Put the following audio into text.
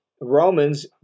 Romans